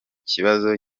kibazo